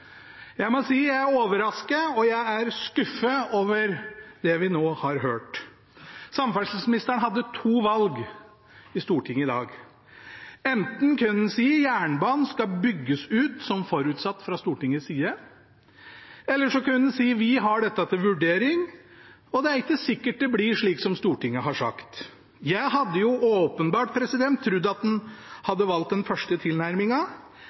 Jeg må si at jeg er overrasket, og jeg er skuffet over det vi nå har hørt. Samferdselsministeren hadde to valg i Stortinget i dag: Enten kunne han si at jernbanen skal bygges ut som forutsatt fra Stortingets side, eller så kunne han si at de har dette til vurdering, og det er ikke sikkert det blir slik som Stortinget har sagt. Jeg hadde trodd at han hadde valgt den første